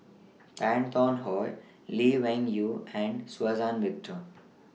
Tan Tarn How Lee Wung Yew and Suzann Victor